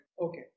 Okay